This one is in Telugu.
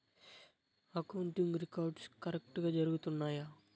అకౌంటింగ్ రికార్డ్స్ కరెక్టుగా జరుగుతున్నాయా